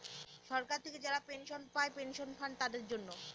সরকার থেকে যারা পেনশন পায় পেনশন ফান্ড তাদের জন্য